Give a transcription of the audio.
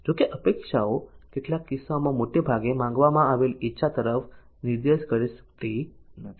જો કે અપેક્ષાઓ કેટલાક કિસ્સાઓમાં મોટે ભાગે માંગવામાં આવેલી ઇચ્છા તરફ નિર્દેશ કરી શકતી નથી